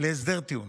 להסדר טיעון